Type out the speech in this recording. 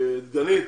דגנית,